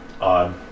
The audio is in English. odd